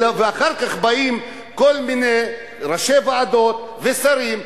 ואחר כך באים כל מיני ראשי ועדות ושרים,